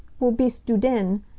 wo bist du denn!